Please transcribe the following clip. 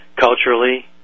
culturally